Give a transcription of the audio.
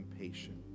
impatient